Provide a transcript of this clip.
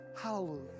Hallelujah